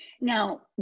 Now